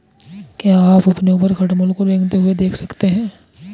क्या आप अपने ऊपर खटमल को रेंगते हुए देख सकते हैं?